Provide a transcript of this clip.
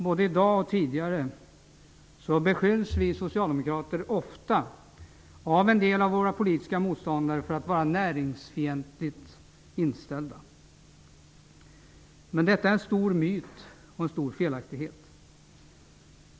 Både i dag och tidigare har vi socialdemokrater ofta beskyllts av en del av våra politiska motståndare för att vara näringslivsfientligt inställda. Men detta är en stor myt och är felaktigt.